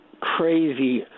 crazy